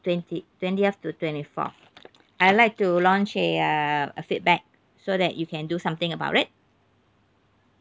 twenty twentieth to twenty fourth I'd like to launch a uh a feedback so that you can do something about it